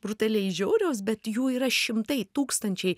brutaliai žiaurios bet jų yra šimtai tūkstančiai